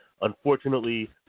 unfortunately